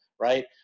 right